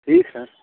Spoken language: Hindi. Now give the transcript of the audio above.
ठीक है